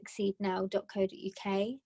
succeednow.co.uk